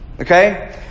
Okay